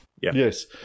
Yes